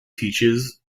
teaches